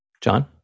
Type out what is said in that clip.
john